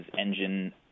engine